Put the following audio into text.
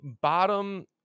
bottom